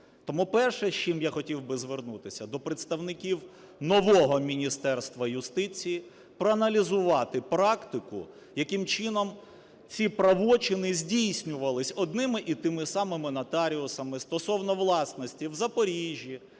Тому, перше, з чим я хотів би звернутися до представників нового Міністерства юстиції, проаналізувати практику яким чином ці правочини здійснювались одними і тими самими нотаріусами стосовно власності в Запоріжжі,